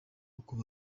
kubara